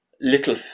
little